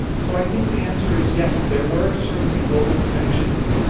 so i think the answer is yes, there were certainly global connections.